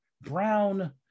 brown